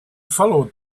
followed